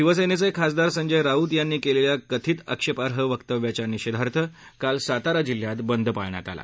शिवसेनेचे खासदार संजय राऊत यांनी केलेल्या कथित आक्षेपार्ह वक्तव्याच्या निषेधार्थ काल सातारा जिल्ह्यात बंद पाळण्यात आला